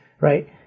right